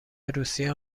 روسیه